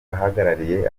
ahagarariye